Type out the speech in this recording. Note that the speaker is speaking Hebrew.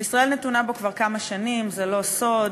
וישראל נתונה בו כבר כמה שנים, זה לא סוד.